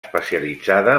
especialitzada